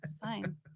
Fine